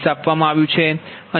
20 આપવામાં આવ્યુ છે